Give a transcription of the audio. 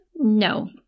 No